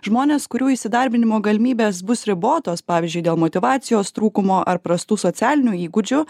žmonės kurių įsidarbinimo galimybės bus ribotos pavyzdžiui dėl motyvacijos trūkumo ar prastų socialinių įgūdžių